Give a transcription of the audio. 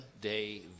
day